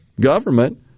government